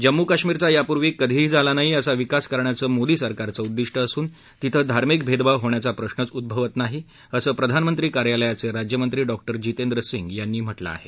जम्मू कश्मीरचा यापूर्वी कधीही झाला नाही असा विकास करण्याचं मोदी सरकारचं उद्दिष्ट असून तिथं धार्मिक भेदभाव होण्याचा प्रश्रच उद्भवत नाही असं प्रधानमंत्री कार्यालयाचे राज्यमंत्री डॉ जितेंद्र सिंग यांनी म्हटलं आहे